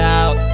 out